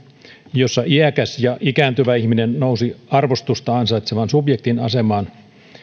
jossa iäkäs ja ikääntyvä ihminen nousi arvostusta ansaitsevan subjektin asemaan